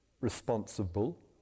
responsible